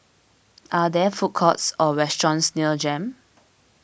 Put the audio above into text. are there food courts or restaurants near Jem